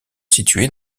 situé